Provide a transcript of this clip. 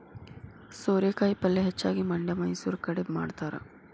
ಸೋರೆಕಾಯಿ ಪಲ್ಯೆ ಹೆಚ್ಚಾಗಿ ಮಂಡ್ಯಾ ಮೈಸೂರು ಕಡೆ ಮಾಡತಾರ